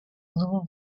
blue